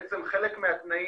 חלק מהתנאים,